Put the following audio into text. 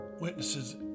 witnesses